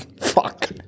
Fuck